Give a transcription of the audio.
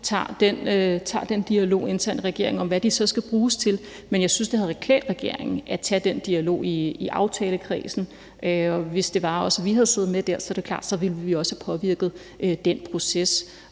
tager den dialog internt i regeringen om, hvad de så skal bruges til. Men jeg synes, det havde klædt regeringen at tage den dialog i aftalekredsen, og hvis vi havde siddet med i den, er det klart, at vi også ville have påvirket den proces.